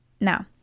Now